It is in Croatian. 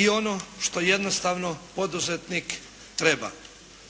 i ono što jednostavno poduzetnik treba.